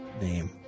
name